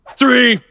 three